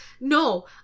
No